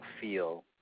feel